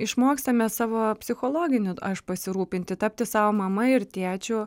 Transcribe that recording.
išmokstame savo psichologiniu aš pasirūpinti tapti sau mama ir tėčiu